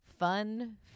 Fun